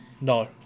No